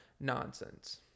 nonsense